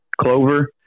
clover